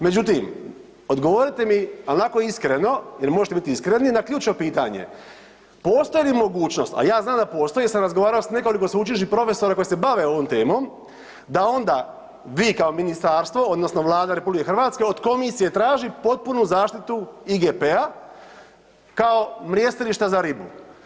Međutim, odgovorite mi ali onako iskreno, jel' možete biti iskreni na ključno pitanje postoji li mogućnost, a ja znam da postoji jer sam razgovarao sa nekoliko sveučilišnih profesora koji se bave ovom temom, da onda vi kao ministarstvo odnosno Vlada RH od Komisije traži potpunu zaštitu IGP-a kao mrjestilišta za ribu.